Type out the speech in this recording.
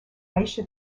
aisha